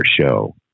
show